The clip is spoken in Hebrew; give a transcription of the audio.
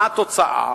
מה התוצאה?